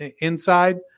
inside